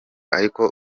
ariko